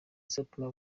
azatuma